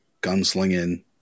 gunslinging